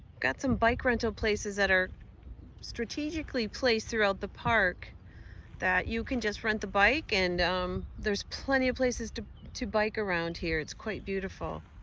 got some bike rental places that are strategically placed throughout the park that you can just rent the bike and um there's plenty of places to to bike around here. it's quite beautiful.